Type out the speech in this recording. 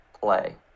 play